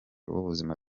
w’ubuzima